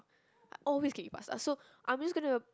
I always can eat pasta so I'm just gonna